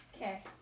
Okay